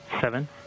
seven